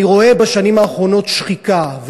אני רואה בשנים האחרונות שחיקה,